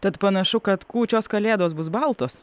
tad panašu kad kūčios kalėdos bus baltos